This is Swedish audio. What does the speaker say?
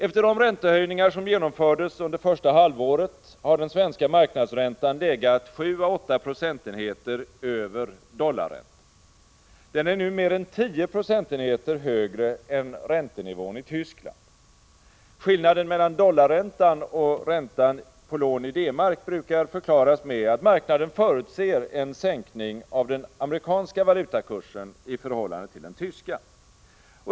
Efter de räntehöjningar som genomfördes under första halvåret har den svenska marknadsräntan legat 7 å 9 procentenheter över dollarräntan. Den är nu mer än 10 procentenheter högre än räntenivån i Tyskland. Skillnaden mellan dollarräntan och räntan på lån i D-Mark brukar förklaras med att marknaden förutser en sänkning av den amerikanska valutakursen i förhållande till den tyska.